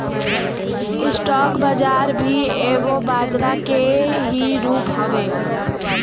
stock बाजार भी एगो बजरा के ही रूप हवे